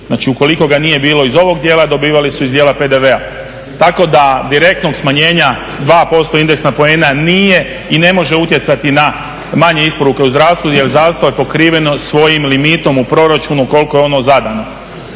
Znači ukoliko ih nije bilo iz ovog dijela dobivali su iz dijela PDV-a. tako da direktna smanjenja 2% indeksna poena nije i ne može utjecati na manje isporuke u zdravstvu jer zdravstvo je pokriveno svojim limitom u proračunu koliko je ono zadano.